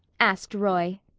asked roy.